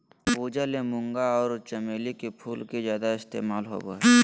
पूजा ले मूंगा आर चमेली के फूल के ज्यादे इस्तमाल होबय हय